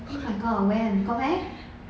oh my god when got meh